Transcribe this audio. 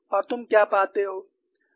और तुम यहाँ क्या पाते हो